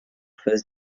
phase